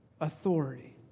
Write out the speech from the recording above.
Authority